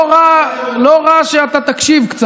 לא רע שאתה תקשיב,